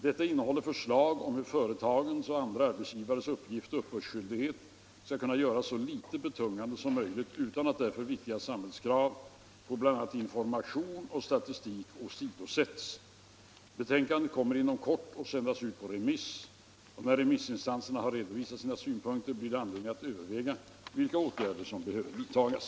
Detta innehåller förslag om hur företagens och andra arbetsgivares uppgiftsoch uppbördsskyldighet skall kunna göras så litet betungande som möjligt utan att därför viktiga samhällskrav på bl.a. information och statistik åsidosätts. Betänkandet kommer inom kort att sändas ut på remiss. När remissinstanserna har redovisat sina synpunkter blir det anledning att överväga vilka åtgärder som behöver vidtagas.